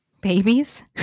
Babies